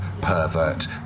pervert